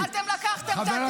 אתם לקחתם את